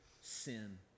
sin